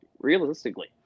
realistically